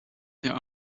there